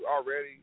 already